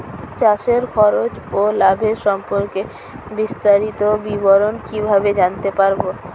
চাষে খরচ ও লাভের সম্পর্কে বিস্তারিত বিবরণ কিভাবে জানতে পারব?